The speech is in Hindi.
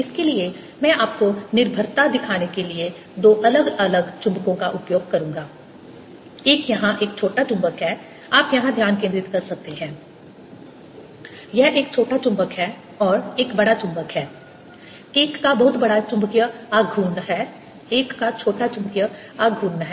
इसके लिए मैं आपको निर्भरता दिखाने के लिए दो अलग अलग चुम्बकों का उपयोग करूँगा एक यहाँ एक छोटा चुंबक है आप यहां ध्यान केंद्रित कर सकते हैं यह एक छोटा चुंबक है और एक बड़ा चुंबक है एक का बहुत बड़ा चुंबकीय आघूर्ण है एक का छोटा चुंबकीय आघूर्ण है